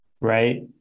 Right